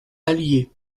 allier